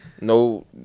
No